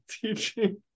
teaching